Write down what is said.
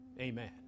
Amen